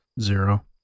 zero